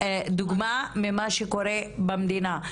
דוגמה ממה שקורה במדינה.